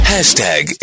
Hashtag